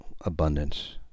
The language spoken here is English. abundance